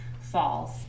falls